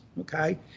okay